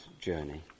journey